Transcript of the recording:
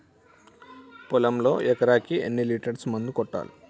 పొలంలో ఎకరాకి ఎన్ని లీటర్స్ మందు కొట్టాలి?